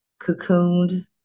cocooned